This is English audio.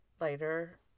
later